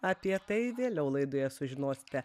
apie tai vėliau laidoje sužinosite